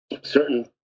certain